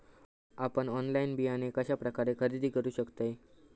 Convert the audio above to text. आपन ऑनलाइन बियाणे कश्या प्रकारे खरेदी करू शकतय?